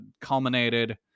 culminated